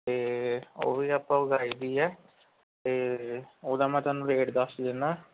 ਅਤੇ ਉਹ ਵੀ ਆਪਾਂ ਉਗਾਈ ਦੀ ਹੈ ਅਤੇ ਉਹਦਾ ਮੈਂ ਤੁਹਾਨੂੰ ਰੇਟ ਦੱਸ ਦਿੰਦਾ